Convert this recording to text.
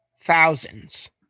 Thousands